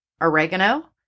oregano